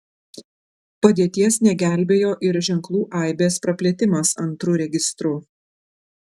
padėties negelbėjo ir ženklų aibės praplėtimas antru registru